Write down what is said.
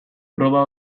proba